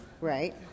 Right